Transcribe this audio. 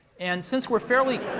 and since we're fairly